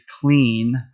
clean